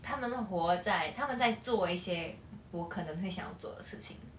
他们活在他们在做一些我可能会想要做的事情